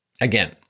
Again